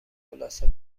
خلاصه